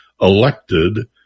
elected